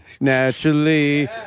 naturally